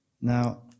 Now